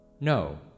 no